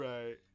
Right